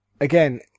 again